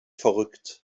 verrückt